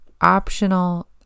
optional